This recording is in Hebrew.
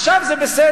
עכשיו זה בסדר,